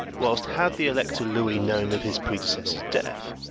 whilst had the elector louis known of his predecessor's death,